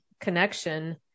connection